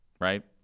right